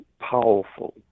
powerful